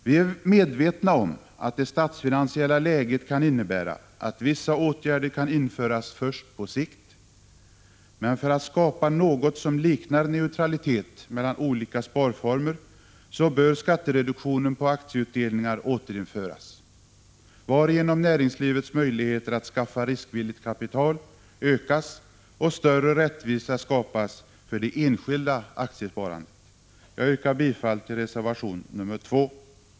Vi är medvetna om att det statsfinansiella läget kan innebära att vissa åtgärder kan införas först på sikt, men för att skapa något som liknar neutralitet mellan olika sparformer så bör skattereduktionen på aktieutdelningar återinföras, varigenom näringslivets möjligheter att skaffa riskvilligt kapital ökas och större rättvisa skapas för det enskilda aktiesparandet. Jag yrkar bifall till reservation nr 2.